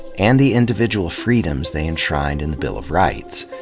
and the individual freedoms they enshrined in the bill of rights.